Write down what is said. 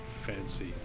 Fancy